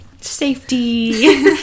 safety